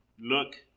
look